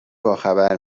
باخبر